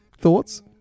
Thoughts